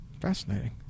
Fascinating